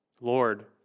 Lord